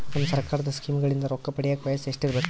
ನಮ್ಮ ಸರ್ಕಾರದ ಸ್ಕೀಮ್ಗಳಿಂದ ರೊಕ್ಕ ಪಡಿಯಕ ವಯಸ್ಸು ಎಷ್ಟಿರಬೇಕು?